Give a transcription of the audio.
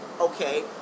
Okay